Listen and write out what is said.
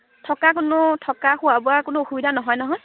থকা কোনো থকা খোৱা বোৱাৰ কোনো অসুবিধা নহয় নহয়